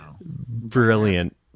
brilliant